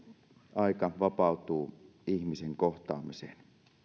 aika vapautuu ihmisen kohtaamiseen